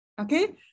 Okay